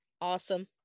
Awesome